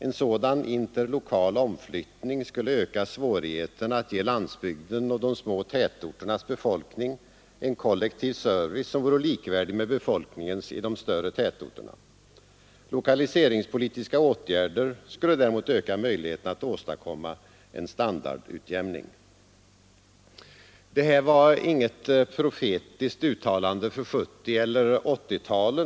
En sådan interlokal omslutning skulle öka svårigheterna att ge landsbygden och de små tätorternas befolkning en kollektiv service, som vore likvärdig med befolkningens i de större tätorterna. Lokaliseringspolitiska åtgärder, ——— skulle däremot öka möjligheterna att åstadkomma en standardutjämning.” Det här var inget profetiskt uttalande för 1970 eller 1980-talet.